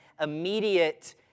immediate